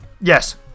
Yes